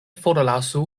forlasu